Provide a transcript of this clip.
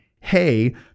hey